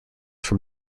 from